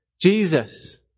Jesus